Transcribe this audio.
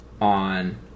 on